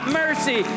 mercy